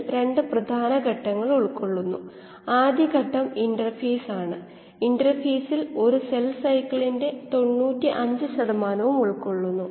ഈ രണ്ട് ധാരയിലും സബ്സ്ട്രേറ് ഉണ്ടാകുന്നില്ല ഉപഭോഗമുണ്ട് മാത്രമല്ല ശേഖരണവും ഇല്ല കാരണം ഇത് സ്ഥിരമായ അവസ്ഥയാണ്